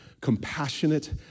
compassionate